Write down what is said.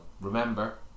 Remember